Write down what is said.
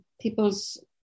people's